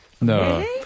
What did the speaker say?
No